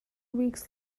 weeks